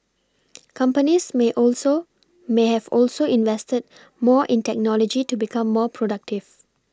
companies may also may have also invested more in technology to become more productive